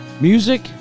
music